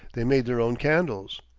they made their own candles.